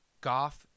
Goff